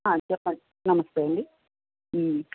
చెప్పండి నమస్తే అండి